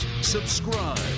subscribe